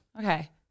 Okay